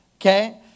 Okay